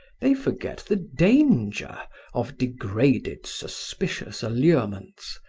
they forget the danger of degraded, suspicious allurements,